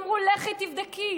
אמרו: לכי תבדקי,